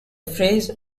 phrase